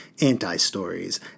anti-stories